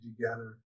together